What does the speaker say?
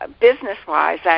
business-wise